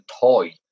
toy